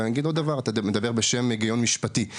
ואני אגיד עוד דבר: אתה מדבר בשם היגיון משפטי.